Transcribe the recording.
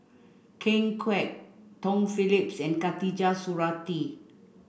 Ken Kwek Tom Phillips and Khatijah Surattee